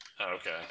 Okay